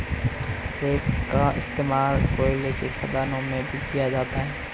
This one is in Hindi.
रेक का इश्तेमाल कोयले के खदानों में भी किया जाता है